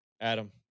Adam